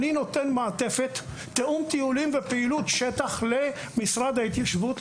אני נותן מעטפת של תיאום טיולים ופעילות שטח למשרד ההתיישבות,